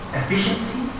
efficiency